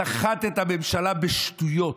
סחט את הממשלה בשטויות,